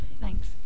thanks